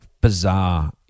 bizarre